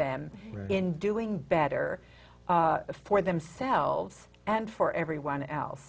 them in doing better for themselves and for everyone else